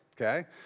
okay